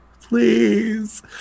Please